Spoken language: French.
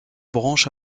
branche